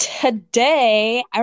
today